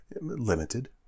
limited